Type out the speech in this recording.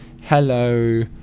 hello